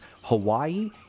Hawaii